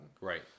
Right